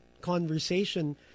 conversation